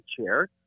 chair